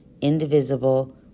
indivisible